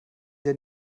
der